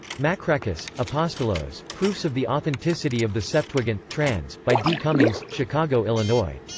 makrakis, apostolos, proofs of the authenticity of the septuagint, trans. by d. cummings, chicago, ill. and ah